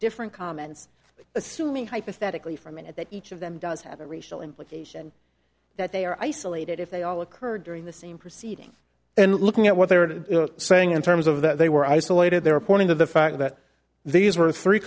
different comments assuming hypothetically for a minute that each of them does have a racial implication that they are isolated if they all occurred during the same proceeding and looking at what they were saying in terms of that they were isolated their reporting of the fact that these were three